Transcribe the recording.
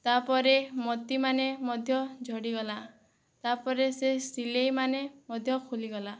ତା ପରେ ମୋତିମାନେ ମଧ୍ୟ ଝଡ଼ିଗଲା ତା ପରେ ସେ ସିଲେଇମାନେ ମଧ୍ୟ ଖୋଲିଗଲା